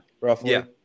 Roughly